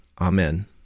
Amen